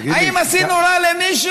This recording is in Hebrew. האם עשינו רע למישהו?